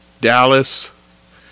Dallas